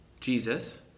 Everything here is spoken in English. Jesus